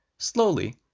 Slowly